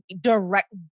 direct